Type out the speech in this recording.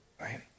right